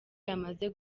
yamaze